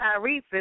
Tyrese